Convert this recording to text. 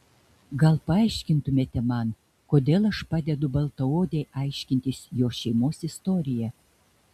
gal paaiškintumėte man kodėl aš padedu baltaodei aiškintis jos šeimos istoriją